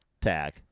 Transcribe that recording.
tag